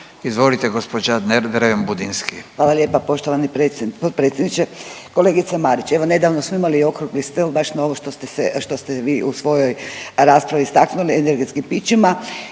Izvolite gospođa Dreven Budinski.